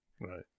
right